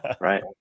right